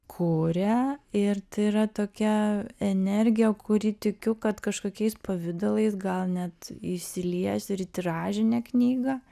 kuria ir tai yra tokia energija kuri tikiu kad kažkokiais pavidalais gal net įsilies ir į tiražinę knygą